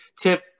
Tip